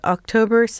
October